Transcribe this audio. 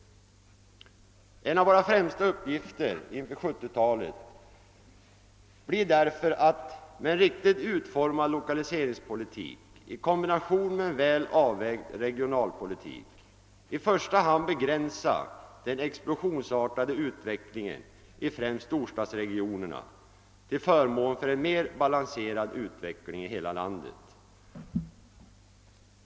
En av våra främsta uppgifter inför 1970-talet blir mot denna bakgrund att med en riktigt utformad lokaliseringspolitik i kombination med en väl avvägd regionalpolitik först och främst begränsa den explosionsartade utvecklingen framför allt i storstadsregionerna till förmån för en mera balanserad utveckling i hela landet.